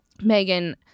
Megan